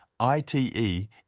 ITE